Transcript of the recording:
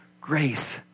grace